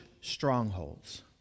strongholds